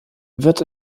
wird